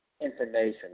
information